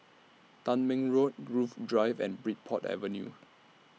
Tangmere Road Grove Drive and Bridport Avenue